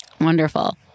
Wonderful